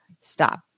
stop